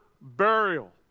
burial